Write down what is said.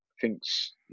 thinks